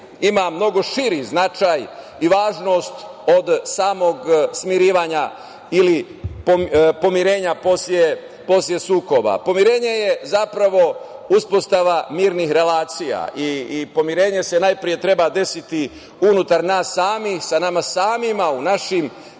ima mnogo širi značaj i važnost od samog smirivanja ili pomirenja posle sukoba. Pomirenje je zapravo uspostavljanje mirnih relacija. Pomirenje se najpre treba desiti unutar nas samih, sa nama samima, u našim